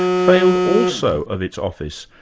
failed also of its office.